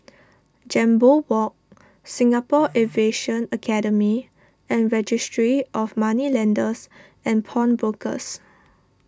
Jambol Walk Singapore Aviation Academy and Registry of Moneylenders and Pawnbrokers